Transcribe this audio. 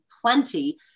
plenty